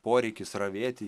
poreikis ravėti